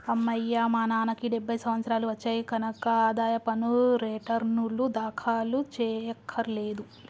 అమ్మయ్యా మా నాన్నకి డెబ్భై సంవత్సరాలు వచ్చాయి కనక ఆదాయ పన్ను రేటర్నులు దాఖలు చెయ్యక్కర్లేదులే